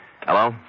Hello